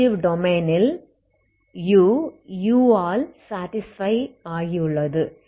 positive டொமைனில் U U ஆல் satisfy ஆகியுள்ளது